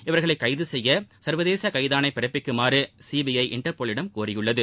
இவர்களை கைது செய்ய சர்வதேச கைதாணை பிறப்பிக்குமாறு சிபிஐ இன்டர்போலிடம் கோரியுள்ளது